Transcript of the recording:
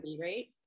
right